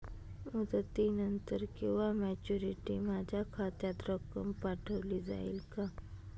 मुदतीनंतर किंवा मॅच्युरिटी माझ्या खात्यात रक्कम पाठवली जाईल का?